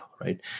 right